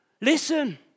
Listen